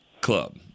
club